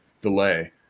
delay